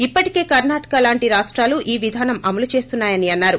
ఇప్పటికే కర్ణాటక లాంటి రాష్టాలో ఈ విధానం అమలు చేస్తున్నాయని అన్నారు